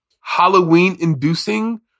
Halloween-inducing